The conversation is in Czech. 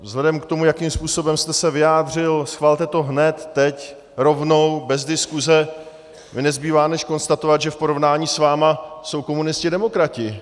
Vzhledem k tomu, jakým způsobem jste se vyjádřil schvalte to hned teď, rovnou, bez diskuse mně nezbývá než konstatovat, že v porovnání s vámi jsou komunisti demokrati!